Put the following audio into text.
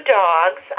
dogs